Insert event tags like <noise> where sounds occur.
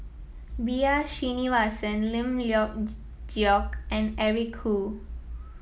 B R Sreenivasan Lim Leong <unintelligible> Geok and Eric Khoo